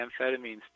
amphetamines